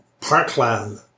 parkland